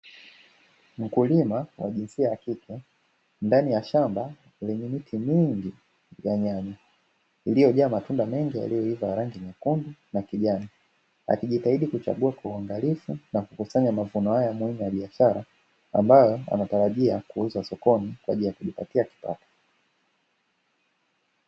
Mkulima wa jinsia ya kike ndani ya shamba lenye miti mingi ya nyanya iliyojaa matunda mengi yaliyoiva ya rangi nyekundu na kijani, akijitahidi kuchagua kwa uangalifu na kukusanya mavuno haya muhimu ya biashara ambayo anatarajia kuuza sokoni kwa ajili ya kujipatia kipato.